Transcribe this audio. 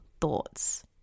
thoughts